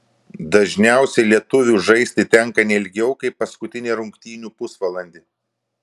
dažniausiai lietuviui žaisti tenka ne ilgiau kaip paskutinį rungtynių pusvalandį